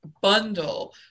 bundle